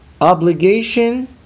obligation